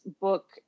book